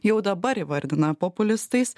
jau dabar įvardina populistais